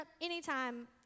anytime